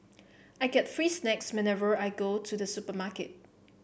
I get free snacks whenever I go to the supermarket